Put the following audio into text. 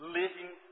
living